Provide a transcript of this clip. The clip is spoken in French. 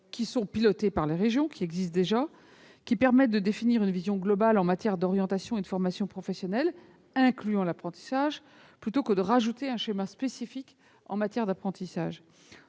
professionnelles, les CPRDFOP, qui existent déjà et permettent de définir une vision globale en matière d'orientation et de formation professionnelles incluant l'apprentissage, plutôt que de rajouter un schéma spécifique en matière d'apprentissage.